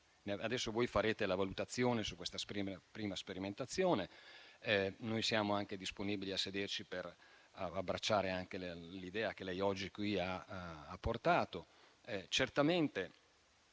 Adesso voi farete la valutazione su questa prima sperimentazione. Noi siamo disponibili a sederci per abbracciare anche l'idea che lei oggi ha portato